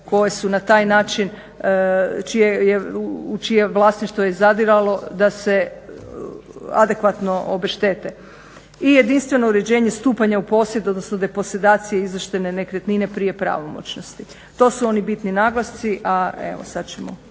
koje su na taj način, u čije vlasništvo je i zadiralo, da se adekvatno obeštete i jedinstveno uređenje stupanja u posjed odnosno deposedacije izvlaštene nekretnine prije pravomoćnosti. To su oni bitni naglasci a evo sad ćemo